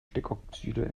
stickoxide